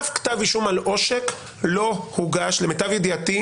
אף כתב אישום על עושק לא הוגש, למיטב ידיעתי.